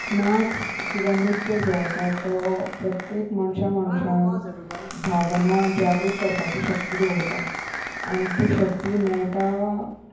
नाच किंवा नृत्य जो आसा तो प्रत्येक मनशां मनशान भावना जागृत करपाची शक्ती दवरता आनी ती शक्ती मेळटा